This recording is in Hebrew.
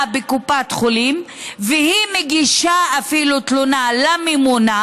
בקופת חולים והיא אפילו מגישה תלונה לממונה,